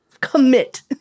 commit